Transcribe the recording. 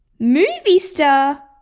movie star?